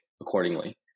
accordingly